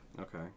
Okay